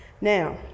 Now